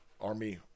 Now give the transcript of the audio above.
army